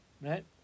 right